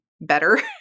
better